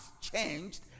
changed